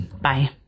Bye